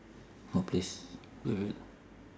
what place